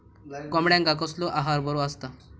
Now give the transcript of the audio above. कोंबड्यांका कसलो आहार बरो असता?